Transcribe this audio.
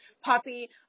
puppy